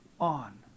on